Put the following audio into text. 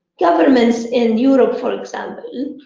governments in europe, for example,